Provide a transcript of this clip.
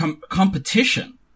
competition